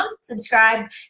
subscribe